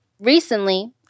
recently